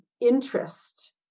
interest